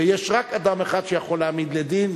ויש רק אדם אחד שיכול להעמיד לדין,